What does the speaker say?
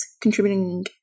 contributing